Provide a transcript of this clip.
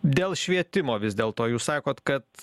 dėl švietimo vis dėl to jūs sakot kad